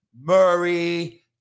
Murray